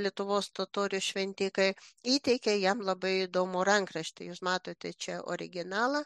lietuvos totorių šventikai įteikė jam labai įdomų rankraštį jūs matote čia originalą